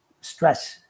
stress